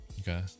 Okay